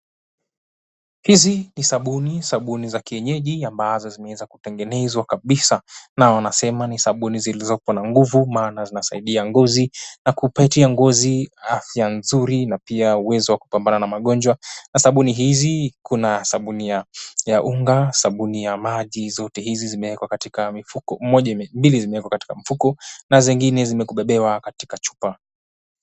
Hizi ni sabuni, sabuni zake kienyeji ambazo zimeweza kutengenezwa kabisa. Na wanasema ni sabuni zilizo na nguvu, maana zinasaidia ngozi na kupatia ngozi afya nzuri, na pia uwezo wa kupambana na magonjwa. Na sabuni hizi kuna sabuni ya unga, sabuni ya maji, zote hizi zimewekwa katika mifuko. Mbili zimewekwa katika mifuko, na zingine zimekubebewa katika chupa.